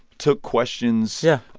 took questions. yeah.